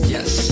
Yes